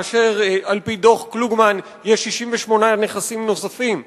כאשר על-פי דוח-קלוגמן יש 68 נכסים נוספים?